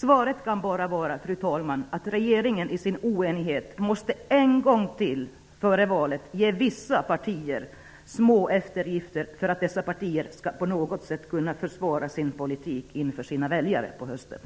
Svaret kan bara vara, fru talman, att regeringen i sin oenighet en gång till före valet måste ge vissa partier små eftergifter för att de på något sätt skall för väljarna kunna försvara sin politik inför hösten.